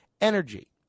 energy